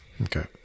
Okay